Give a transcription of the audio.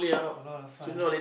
got a lot of fight lah